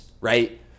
right